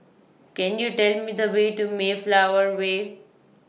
Can YOU Tell Me The Way to Mayflower Way